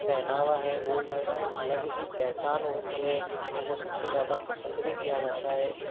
पहनावा है वो एक अलग ही पहचान होती है और वो सब से ज़्यादा पसंद भी किया जाता है